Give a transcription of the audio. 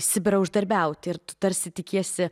sibirą uždarbiauti ir tarsi tikiesi